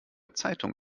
zeitung